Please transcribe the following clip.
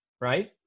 right